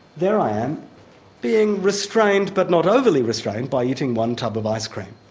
there i am being restrained, but not overly restrained, by eating one tub of ice cream.